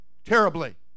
terribly